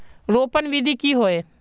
रोपण विधि की होय?